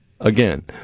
Again